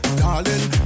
darling